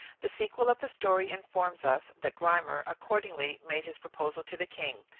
the sequel of the story informs us, that grymer accordingly made his proposal to the king,